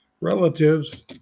Relatives